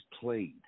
played